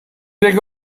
dig